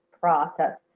process